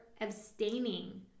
abstaining